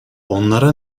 onlara